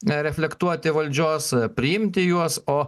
e reflektuoti valdžios priimti juos o